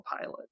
pilot